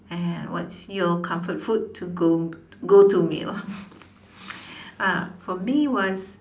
and what's your comfort food to go go to meal ah for me was